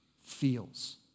feels